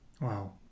Wow